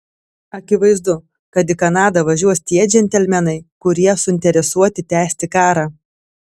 akivaizdu kad į kanadą važiuos tie džentelmenai kurie suinteresuoti tęsti karą